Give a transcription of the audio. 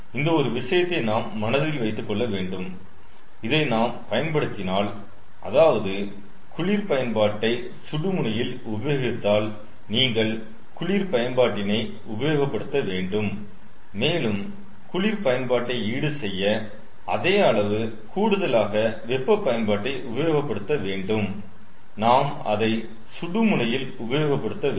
இந்த ஒரு விஷயத்தை நாம் மனதில் வைத்துக்கொள்ள வேண்டும் இதை நாம் பயன்படுத்தினால் அதாவது குளிர் பயன்பாட்டை சுடுமுனையில் உபயோகித்தால் நீங்கள் குளிர் பயன்பாட்டினை உபயோகப்படுத்த வேண்டும் மேலும் குளிர் பயன்பாட்டை ஈடுசெய்ய அதே அளவு கூடுதலாக வெப்ப பயன்பாட்டை உபயோகப்படுத்த வேண்டும் நாம் அதை சுடுமுனையில் உபயோகப்படுத்த வேண்டும்